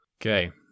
Okay